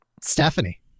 Stephanie